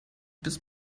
bis